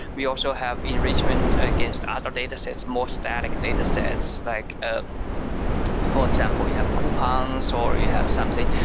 we also have enrichment against other datasets, more static datasets. like ah for example, we have coupons, or you have something,